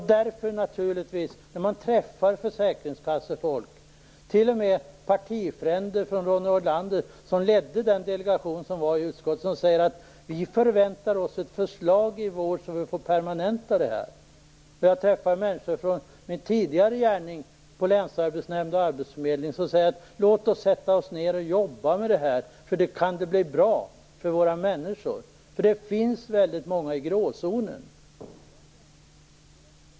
Träffar man försäkringskassefolk - t.o.m. partifränder till Ronny Olander, som ledde den delegation som var i utskottet - säger de att vi förväntar oss ett förslag i vår, så att detta blir permanent. Jag träffar människor från min tidigare gärning på länsarbetsnämnd och arbetsförmedling som säger: Låt oss jobba med det här. Det kan bli bra för människor. Det finns ju väldigt många i gråzonen.